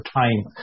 time